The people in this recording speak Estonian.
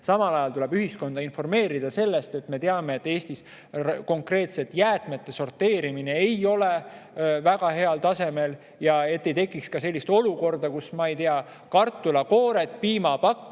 Samal ajal tuleb ühiskonda informeerida sellest – me teame, et Eestis ei ole konkreetselt jäätmete sorteerimine väga heal tasemel –, et ei tekiks sellist olukorda, kus kartulikoored, piimapakk